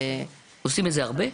עושים את זה הרבה?